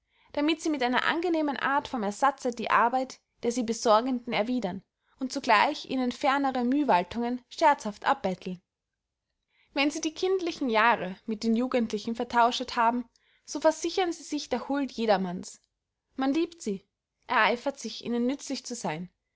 damit sie mit einer angenehmen art von ersatze die arbeit der sie besorgenden erwiedern und zugleich ihnen fernere mühwaltungen scherzhaft abbetteln wenn sie die kindlichen jahren mit den jugendlichen vertauschet haben so versichern sie sich der huld jedermanns man liebt sie ereifert sich ihnen nützlich zu seyn